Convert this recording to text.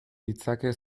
ditzake